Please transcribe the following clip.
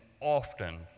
often